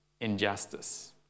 injustice